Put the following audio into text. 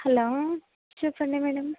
hello చెప్పండి madam